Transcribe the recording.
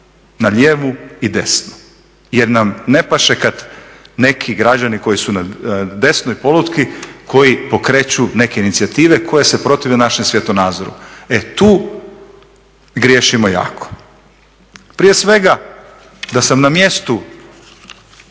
na lijevu i desnu. Jer nam ne paše kad neki građani koji su na desnoj polutki koji pokreću neke inicijative koje se protive našem svjetonazoru. E tu griješimo jako. Prije svega da sam na mjestu